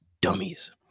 dummies